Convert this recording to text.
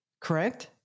correct